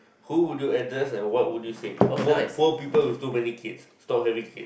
who would you address and what would you say poor poor people with too many kids stop having kids